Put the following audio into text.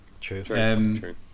True